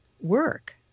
work